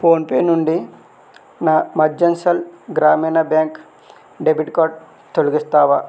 phone pay నుండి నా Madhyanchal Gramin Bank debit card తొలగిస్తావా